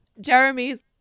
jeremy's